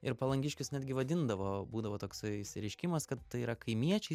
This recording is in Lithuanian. ir palangiškius netgi vadindavo būdavo toksai išreiškimas kad tai yra kaimiečiai